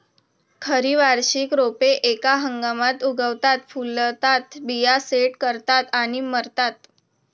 खरी वार्षिक रोपे एका हंगामात उगवतात, फुलतात, बिया सेट करतात आणि मरतात